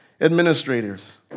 administrators